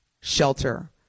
shelter